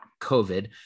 COVID